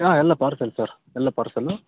ಹಾಂ ಎಲ್ಲ parcel sir ಎಲ್ಲ ಪಾರ್ಸೆಲು